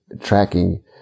tracking